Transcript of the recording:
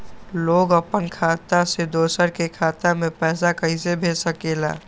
लोग अपन खाता से दोसर के खाता में पैसा कइसे भेज सकेला?